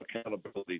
accountability